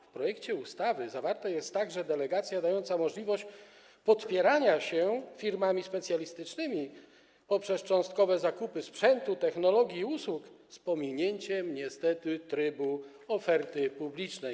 W projekcie ustawy zawarta jest także delegacja dająca możliwość podpierania się firmami specjalistycznymi poprzez cząstkowe zakupy sprzętu, technologii i usług z pominięciem niestety trybu oferty publicznej.